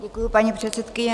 Děkuji, paní předsedkyně.